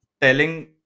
telling